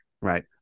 Right